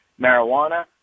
marijuana